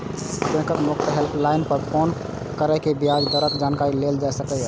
बैंकक मुफ्त हेल्पलाइन पर फोन कैर के ब्याज दरक जानकारी लेल जा सकैए